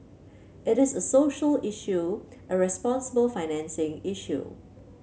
it is a social issue a responsible financing issue